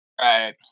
Right